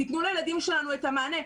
תתנו לילדים שלנו את המענה.